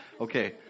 okay